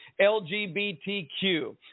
LGBTQ